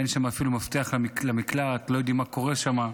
אין שם אפילו מפתח למקלט, לא יודעים מה קורה שם.